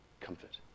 Comfort